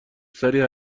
سریع